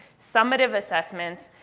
summative assessments.